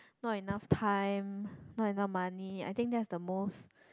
not enough time not enough money I think that's the most